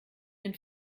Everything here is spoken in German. den